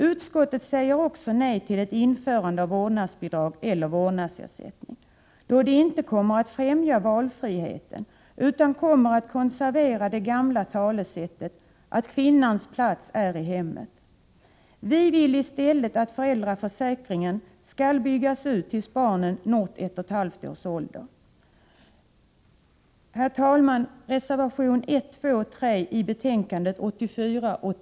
Utskottet säger nej till ett införande av vårdnadsbidrag eller vårdnadsersättning, eftersom det inte kommer att främja valfriheten utan kommer att konservera det gamla talesättet att kvinnans plats är i hemmet. Vi vill i stället att föräldraförsäkringen skall byggas ut till att gälla barn upp till ett och ett halvt års ålder. Herr talman! Jag yrkar avslag på reservation 1, 2 och 3 i betänkande 18.